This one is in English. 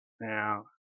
now